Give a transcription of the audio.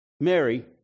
Mary